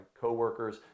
coworkers